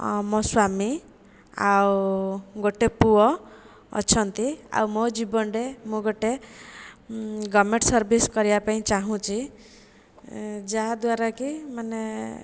ଅ ମୋ ସ୍ଵାମୀ ଆଉ ଗୋଟେ ପୁଅ ଅଛନ୍ତି ଆଉ ମୋ ଜୀବନରେ ମୁଁ ଗୋଟେ ଗଭର୍ଣ୍ଣମେଣ୍ଟ ସର୍ଭିସ୍ କରିବାପାଇଁ ଚାହୁଁଛି ଏଁ ଯାହାଦ୍ଵାରାକି ମାନେ